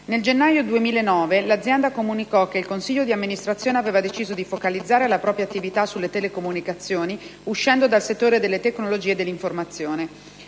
Nel gennaio 2009 l'azienda comunicò che il consiglio di amministrazione aveva deciso di focalizzare la propria attività sulle telecomunicazioni, uscendo dal settore delle tecnologie dell'informazione.